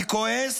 אני כועס,